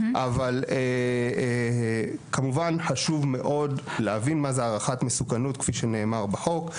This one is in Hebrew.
אבל כמובן חשוב מאוד להבין מה זה הערכת מסוכנות כפי שנאמר בחוק.